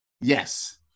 Yes